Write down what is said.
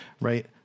right